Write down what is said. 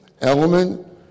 element